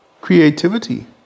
creativity